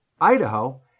Idaho